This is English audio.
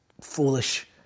foolish